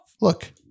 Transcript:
Look